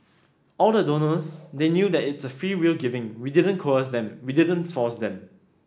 all the donors they knew that it's a freewill giving we didn't coerce them we didn't force them